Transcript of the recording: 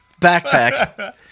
backpack